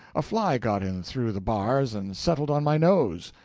a fly got in through the bars and settled on my nose,